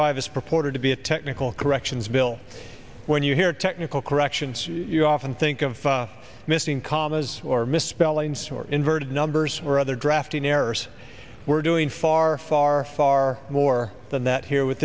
five is purported to be a technical corrections bill when you hear technical corrections you often think of missing commas or misspellings or inverted numbers were other drafting errors were doing far far far more than that here with